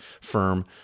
firm